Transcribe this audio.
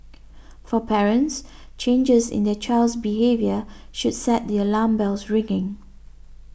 for parents changes in their child's behaviour should set the alarm bells ringing